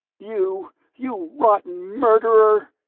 you you rotten murderer!